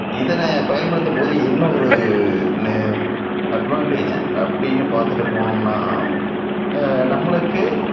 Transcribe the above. இதனை பயன்படுத்தும்போது என்ன ஒரு னு அட்வான்டேஜி அப்படின்னு பார்த்துட்டு போனமுன்னால் நம்மளுக்கு